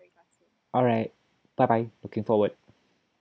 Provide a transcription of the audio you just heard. alright bye bye looking forward